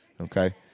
okay